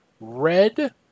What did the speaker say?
Red